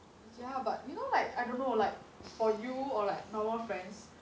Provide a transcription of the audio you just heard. ya but you know like I don't know like for you or like normal friends